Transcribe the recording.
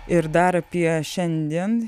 ir dar apie šiandien